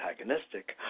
antagonistic